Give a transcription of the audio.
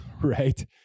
right